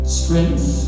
strength